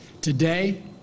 Today